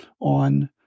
on